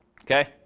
Okay